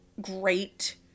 great